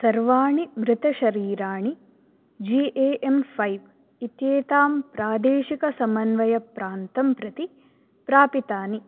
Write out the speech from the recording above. सर्वाणि मृतशरीराणि G A M five इत्येताम् प्रादेशिकसमन्वयप्रान्तं प्रति प्रापितानि